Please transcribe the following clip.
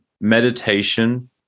meditation